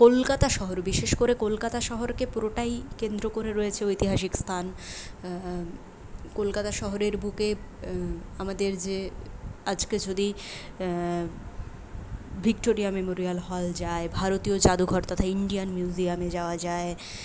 কলকাতা শহর বিশেষ করে কলকাতা শহরকে পুরোটাই কেন্দ্র করে রয়েছে ঐতিহাসিক স্থান কলকাতা শহরের বুকে আমাদের যে আজকে যদি ভিক্টোরিয়া মেমোরিয়াল হল যায় ভারতীয় যাদুঘর তথা ইন্ডিয়ান মিউজিয়ামে যাওয়া যায়